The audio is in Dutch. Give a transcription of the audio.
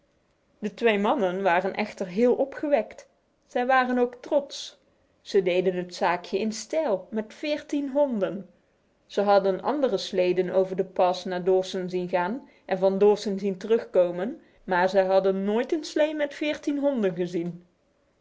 de twee mannen waren echter heel opgewekt zij waren ook trots ze deden het zaakje in stijl met veertien honden ze hadden andere sleden over de pass naar dawson zien gaan en van dawson zien terugkomen maar zij hadden nooit een slee met veertien honden gezien